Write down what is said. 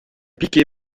piqué